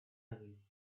away